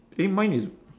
eh mine is